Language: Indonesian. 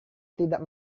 tidak